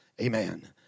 Amen